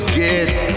get